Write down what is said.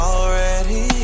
Already